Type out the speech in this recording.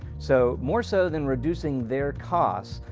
so more so than reducing their costs,